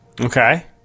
Okay